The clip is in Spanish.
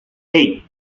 hey